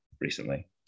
recently